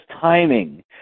timing